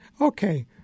okay